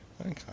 okay